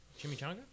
Chimichanga